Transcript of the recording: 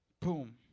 Boom